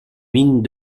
mines